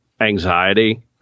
anxiety